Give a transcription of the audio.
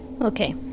Okay